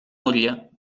núria